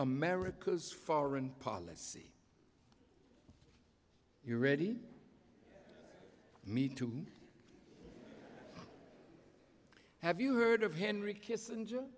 america's foreign policy you're ready me to have you heard of henry kissinger